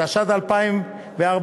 התשע"ד 2014,